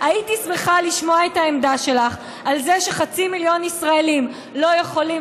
הייתי שמחה לשמוע את העמדה שלך על זה שחצי מיליון ישראלים לא יכולים